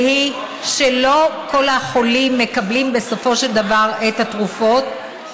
והיא שלא כל החולים מקבלים בסופו של דבר את התרופות,